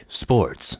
sports